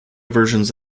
versions